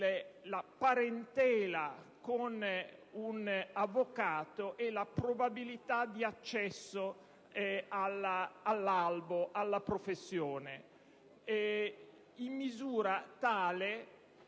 giovane con un avvocato e la probabilità di accesso all'albo, alla professione. Ne risulta